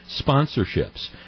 sponsorships